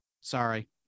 Sorry